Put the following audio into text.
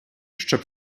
щоб